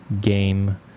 Game